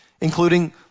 including